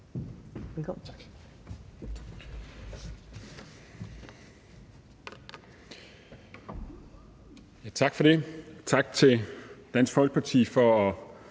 Tak for det. Og tak til Dansk Folkeparti for at